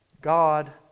God